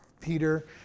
Peter